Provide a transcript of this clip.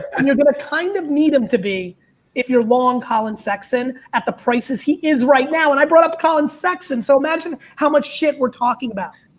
and you're going to kind of need him to be if you're long collin sexton at the price as he is right now. and i brought up collins sexton. so imagine how much shit we're talking about.